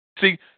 See